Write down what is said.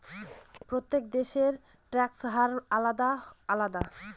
প্রত্যেক দেশের ট্যাক্সের হার আলাদা আলাদা